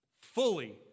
Fully